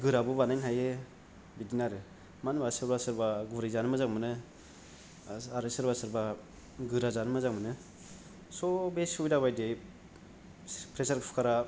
गोराबो बानायनो हायो बिदिनो आरो मानो होनबा सोरबा सोरबा गुरै जानो मोजां मोनो आरो सोरबा सोरबा गोरा जानो मोजां मोनो स' बे सुबिदा बायदियै प्रेसार कुकारा